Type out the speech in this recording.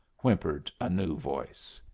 whimpered a new voice.